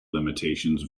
limitations